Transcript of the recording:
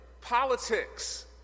politics